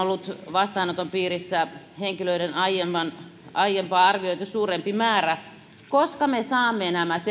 vastaanoton piirissä on ollut aiempaa arvioitu suurempi määrä henkilöitä koska me saamme nämä